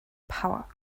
power